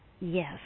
Yes